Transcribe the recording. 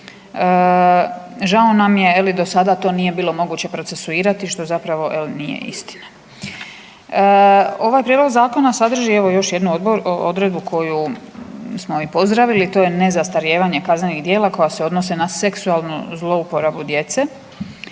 žao nam je, je li, do sada to nije bilo moguće procesuirati, što zapravo nije istina. Ovaj prijedlog zakona sadrži evo još jednu odredbu koju smo i pozdravili, to je nezastarijevanje kaznenih djela koja se odnose na seksualnu zlouporabu djece